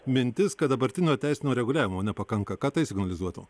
mintis kad dabartinio teisinio reguliavimo nepakanka ką tai signalizuotų